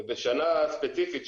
ובשנה ספציפית,